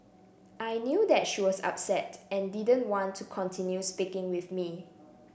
I knew that she was upset and didn't want to continue speaking with me